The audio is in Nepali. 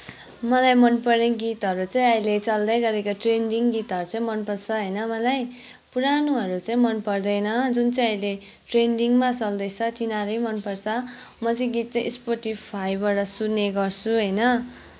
मलाई मनपर्ने गीतहरू चाहिँ अहिले चल्दै गरेको ट्रेन्डिङ गीतहरू चाहिँ मनपर्छ होइन मलाई पुरानोहरू चाहिँ मन पर्दैन जुन चाहिँ अहिले ट्रेन्डिङमा चल्दैछ तिनीहरू मनपर्छ म चाहिँ गीत चाहिँ स्पोटिफाइबाट सुन्ने गर्छु होइन